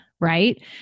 right